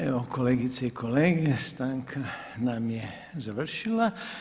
Evo kolegice i kolege, stanka nam je završila.